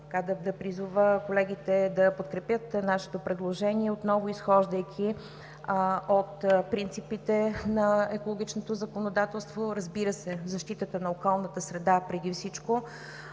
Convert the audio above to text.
да призова колегите да подкрепят нашето предложение, отново изхождайки от принципите на екологичното законодателство, разбира се, защитата на околната среда преди всичко,